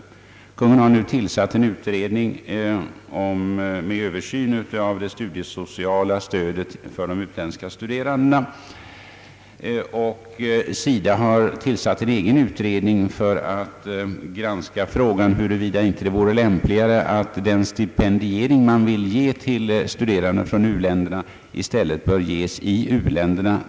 Kungl. Maj:t har nu tillsatt en utredning om Översyn av det studiesociala stödet till utländska studerande, och SIDA har tillsatt en egen utredning för att granska frågan huruvida det inte vore lämpligare och billigare att den stipendiering vi vill ge studerande från u-länderna i stället ges i u-länderna.